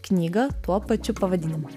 knygą tuo pačiu pavadinimu